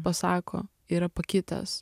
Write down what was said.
pasako yra pakitęs